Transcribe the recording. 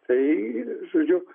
tai žodžiu